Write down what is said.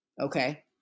Okay